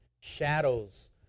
shadows